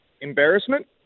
embarrassment